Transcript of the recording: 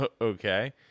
Okay